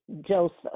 Joseph